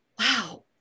Wow